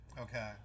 Okay